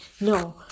No